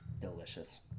Delicious